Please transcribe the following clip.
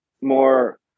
more